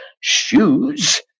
shoes